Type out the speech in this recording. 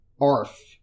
arf